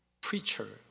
preacher